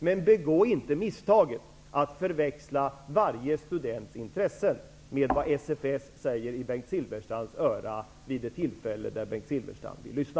Men begå inte misstaget att förväxla varje students intressen med vad SFS säger i Bengt Silfverstrands öra vid det tillfälle då Bengt Silfverstrand vill lyssna!